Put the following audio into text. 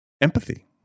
empathy